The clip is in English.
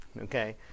okay